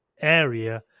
Area